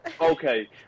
Okay